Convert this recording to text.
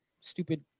stupid